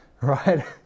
right